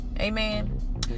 Amen